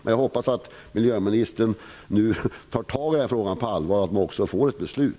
Men jag hoppas att miljöministern nu tar itu med frågan på allvar och att vi får ett beslut.